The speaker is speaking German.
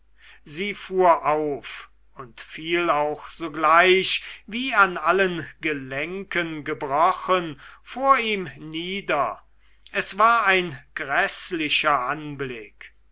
sie fuhr auf und fiel auch sogleich wie an allen gelenken gebrochen vor ihm nieder es war ein gräßlicher anblick